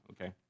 okay